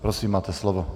Prosím, máte slovo.